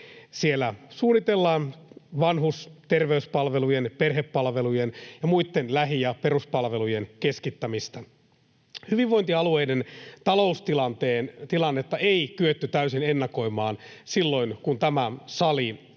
Siellä suunnitellaan vanhus- ja terveyspalvelujen, perhepalvelujen ja muitten lähi- ja peruspalvelujen keskittämistä. Hyvinvointialueiden taloustilannetta ei kyetty täysin ennakoimaan silloin, kun tämä sali